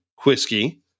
whiskey